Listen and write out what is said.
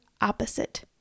opposite